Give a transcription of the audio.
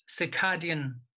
circadian